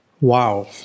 Wow